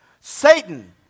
Satan